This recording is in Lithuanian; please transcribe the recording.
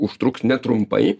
užtruks netrumpai